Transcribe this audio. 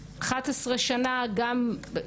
שטכנולוגיה הרבה פעמים היא חלק מהפתרון,